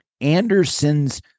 Anderson's